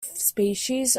species